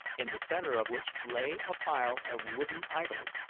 in the centre of which lay a pile of wooden idols,